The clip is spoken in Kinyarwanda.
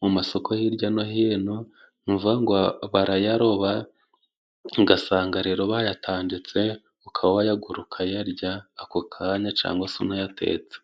mu masoko hirya no hino, ni ukuvuga ngo barayaroba ugasanga rero bayatanditse, ukaba wayagura ukayarya ako kanya cyangwa se unayatetse.